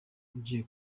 ugiye